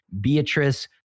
Beatrice